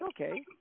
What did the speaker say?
okay